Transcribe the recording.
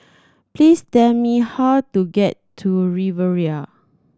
please tell me how to get to Riviera